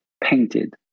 painted